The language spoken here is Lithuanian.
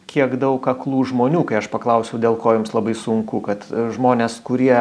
kiek daug aklų žmonių kai aš paklausiau dėl ko jums labai sunku kad žmonės kurie